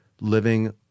living